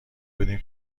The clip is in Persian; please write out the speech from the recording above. بودیم